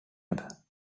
hebben